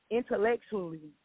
intellectually